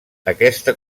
aquesta